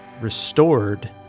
restored